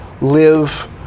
live